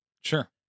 Sure